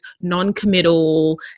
non-committal